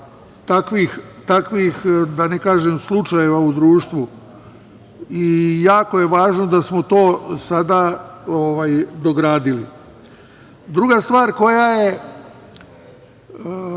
takvih, da ne kažem, slučajeva u društvu i jako je važno da smo to sada dogradili. Druga stvar koja je